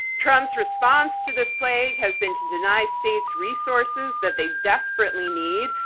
trump's response to this plague has been to deny states resources that they desperately need,